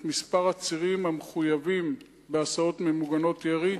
אפשרות לצמצם את מספר הצירים המחויבים בהסעות ממוגנות ירי.